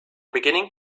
beginning